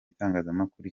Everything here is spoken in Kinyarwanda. itangazamakuru